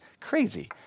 crazy